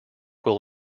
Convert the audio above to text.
will